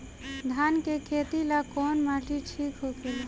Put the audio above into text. धान के खेती ला कौन माटी ठीक होखेला?